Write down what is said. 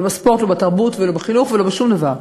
לא בספורט, לא בתרבות, לא בחינוך ולא בשום דבר,